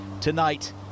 tonight